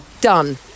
Done